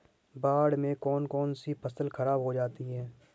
बाढ़ से कौन कौन सी फसल खराब हो जाती है?